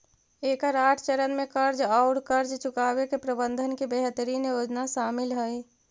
एकर आठ चरण में कर्ज औउर कर्ज चुकावे के प्रबंधन के बेहतरीन योजना शामिल हई